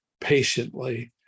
patiently